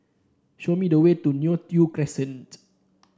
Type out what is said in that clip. show me the way to Neo Tiew Crescent